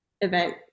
event